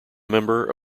member